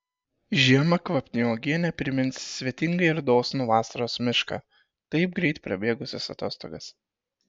žiemą kvapni uogienė primins svetingą ir dosnų vasaros mišką taip greit prabėgusias atostogas